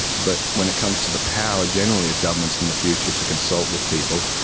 but when it comes to the power generally of governments in the future to consult with people,